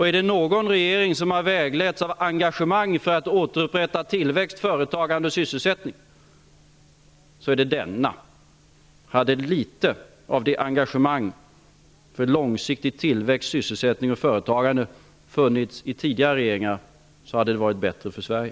Är det någon regering som har vägletts av engagemang för att återupprätta tillväxt, företagande och sysselsättning så är det denna. Hade litet av detta engagemang för långsiktig tillväxt, sysselsättning och företagande funnits i tidigare regeringar så hade det varit bättre för Sverige.